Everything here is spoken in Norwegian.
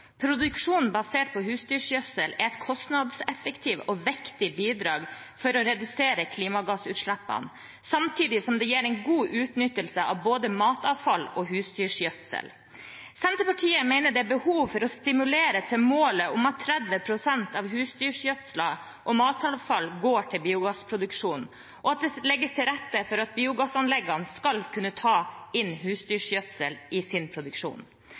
produksjonen av biogass. Produksjon basert på husdyrgjødsel er et kostnadseffektivt og viktig bidrag til å redusere klimagassutslippene, samtidig som det gir en god utnyttelse av både matavfall og husdyrgjødsel. Senterpartiet mener det er behov for å stimulere til målet om at 30 pst. av husdyrgjødselen og matavfallet går til biogassproduksjon, og at det legges til rette for at biogassanleggene skal kunne ta inn husdyrgjødsel i sin produksjon.